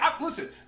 listen